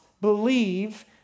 believe